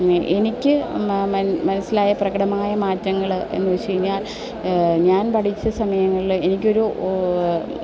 എനിക്ക് മനസ്സിലായ പ്രകടമായ മാറ്റങ്ങൾ എന്ന് വെച്ചുകഴിഞ്ഞാൽ ഞാൻ പഠിച്ച സമയങ്ങളിൽ എനിക്കൊരു